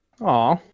Aw